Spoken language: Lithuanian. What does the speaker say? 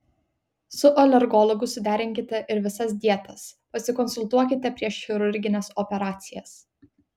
su alergologu suderinkite ir visas dietas pasikonsultuokite prieš chirurgines operacijas